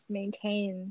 maintain